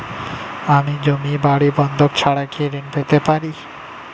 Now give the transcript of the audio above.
আমি জমি বাড়ি বন্ধক ছাড়া কি ঋণ পেতে পারি?